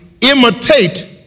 imitate